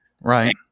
Right